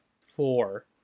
four